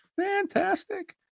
fantastic